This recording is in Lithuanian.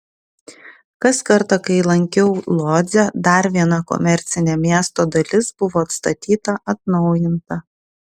kas kartą kai lankiau lodzę dar viena komercinė miesto dalis buvo atstatyta atnaujinta